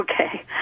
Okay